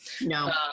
No